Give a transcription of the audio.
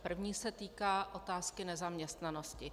První se týká otázky nezaměstnanosti.